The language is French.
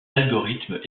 algorithmes